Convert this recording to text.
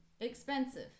expensive